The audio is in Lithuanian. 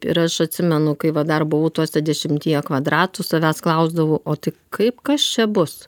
ir aš atsimenu kai va dar buvau tuose dešimtyje kvadratų savęs klausdavau o tai kaip kas čia bus